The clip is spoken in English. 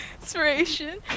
inspiration